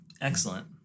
excellent